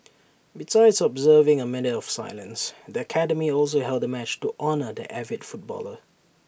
besides observing A minute of silence the academy also held A match to honour the avid footballer